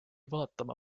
vaatama